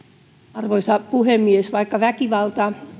arvoisa puhemies vaikka väkivalta